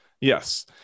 yes